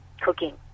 cooking